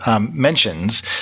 mentions